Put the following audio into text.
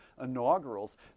inaugurals